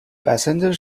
passenger